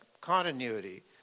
continuity